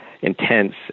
intense